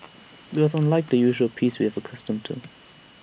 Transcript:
IT was unlike the usual peace we have accustomed to